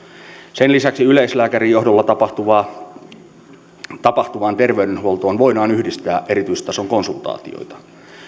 sen lisäksi yleislääkärin johdolla tapahtuvaan terveydenhuoltoon voidaan yhdistää erityistason konsultaatioita